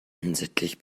unsittlich